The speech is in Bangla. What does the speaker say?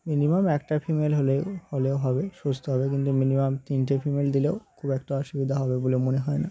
মিনিমাম একটা ফিমেল হলে হলেও হবে সুস্থ হবে কিন্তু মিনিমাম তিনটে ফিমেল দিলেও খুব একটা অসুবিধা হবে বলে মনে হয় না